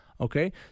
okay